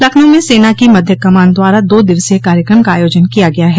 लखनऊ में सेना की मध्य कमान द्वारा दो दिवसीय कार्यक्रम का आयोजन किया गया है